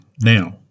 Now